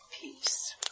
peace